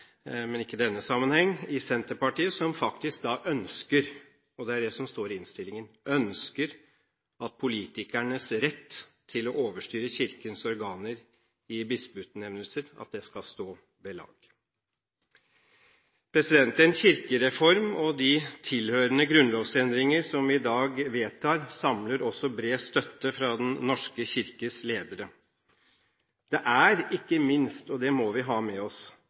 men ikke i denne sammenheng – i Senterpartiet som faktisk ønsker, og det er det som står i innstillingen, at politikernes rett til å overstyre Kirkens organer i bispeutnevnelser, skal stå ved lag. Den kirkereformen og de tilhørende grunnlovsendringer som vi i dag vedtar, samler også bred støtte fra Den norske kirkes ledere. Det er ikke minst – og det må vi ha med oss